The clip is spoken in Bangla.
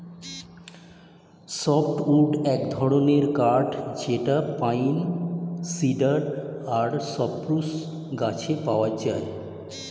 সফ্ট উড এক ধরনের কাঠ যেটা পাইন, সিডার আর সপ্রুস গাছে পাওয়া যায়